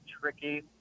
tricky